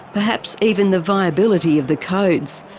perhaps even the viability of the codes,